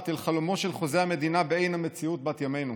אל חלומו של חוזה המדינה בעין המציאות בת-ימינו.